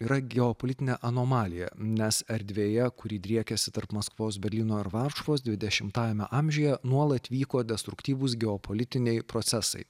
yra geopolitine anomalija nes erdvėje kuri driekiasi tarp maskvos berlyno ar varšuvos dvidešimtajame amžiuje nuolat vyko destruktyvūs geopolitiniai procesai